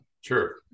sure